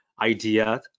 idea